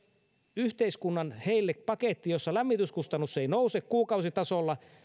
yhteiskunnan tehdä semmoinen paketti jossa lämmityskustannus ei nouse kuukausitasolla